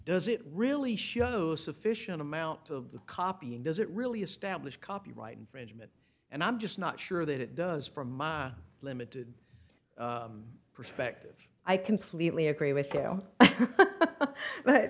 does it really shows sufficient amount of the copying does it really establish copyright infringement and i'm just not sure that it does from my limited perspective i completely agree with you but